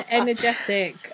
energetic